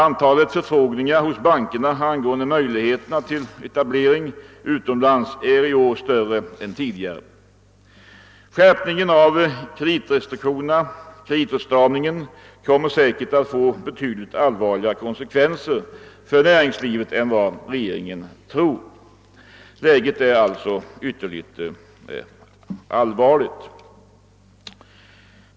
Antalet förfrågningar hos bankerna angående möjligheterna till etablering utomlands är i år större än tidigare. Skärpningen av kreditåtstramningen kommer” säkert att få betydligt: allvarligare konsekvenser för näringslivet än vad regeringen tror. Läget är alltså: ytterst allvarligt.